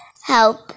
help